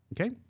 Okay